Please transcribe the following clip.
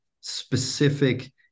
specific